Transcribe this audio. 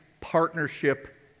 partnership